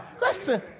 listen